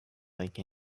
lake